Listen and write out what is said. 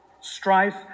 Strife